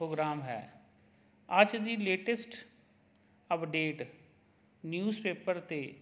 programme ਹੈ ਅੱਜ ਦੀ ਲੇਟੈਸਟ ਅਪਡੇਟ ਨਿਊਜ਼ ਪੇਪਰ 'ਤੇ